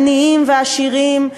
עניים ועשירים,